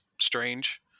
strange